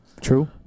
True